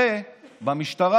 הרי במשטרה,